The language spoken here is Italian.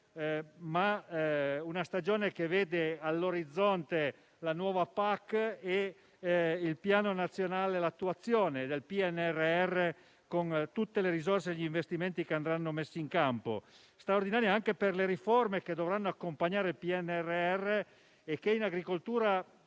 una stagione che vede all'orizzonte la nuova PAC e l'attuazione del PNRR con tutte le risorse e gli investimenti che andranno messi in campo. Una stagione straordinaria anche per le riforme che dovranno accompagnare il PNRR e che in agricoltura